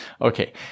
Okay